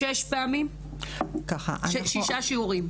שישה שיעורים.